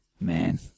Man